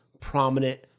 prominent